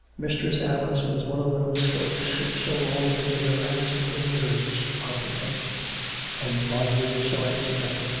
mistress alice was one of those folks who so long as they are answered in words are content and marjorie so answered her.